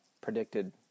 predicted